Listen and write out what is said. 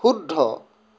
শুদ্ধ